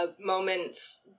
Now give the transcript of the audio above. Moments